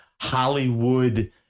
Hollywood